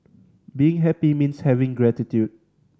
being happy means having gratitude